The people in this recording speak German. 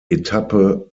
etappe